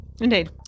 Indeed